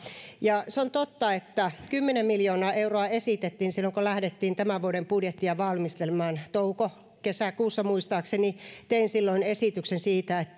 se on totta että kymmenen miljoonaa euroa esitettiin silloin kun lähdettiin tämän vuoden budjettia valmistelemaan touko kesäkuussa muistaakseni tein silloin esityksen siitä